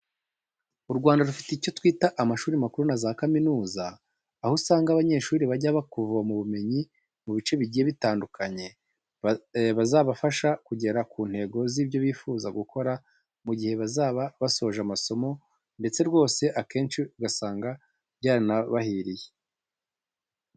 U Rwanda rufite icyo twita amashuri makuru na za kaminuza, aho usanga abanyeshuri bajya bakavoma ubumenyi mu bice bigiye bitandukanye buzabafasha kugera ku ntego z'ibyo bifuza gukora mu gihe bazaba basoje amasomo ndetse rwose akenshi ugasanga byaranabahiriye.